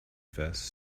vest